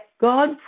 God